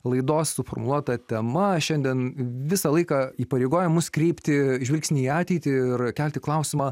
laidos suformuluota tema šiandien visą laiką įpareigoja mus kreipti žvilgsnį į ateitį ir kelti klausimą